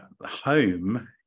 home